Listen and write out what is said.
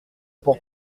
pour